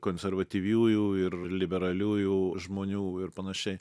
konservatyviųjų ir liberaliųjų žmonių ir panašiai